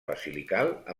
basilical